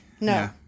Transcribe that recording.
no